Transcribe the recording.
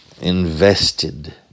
invested